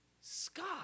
Scott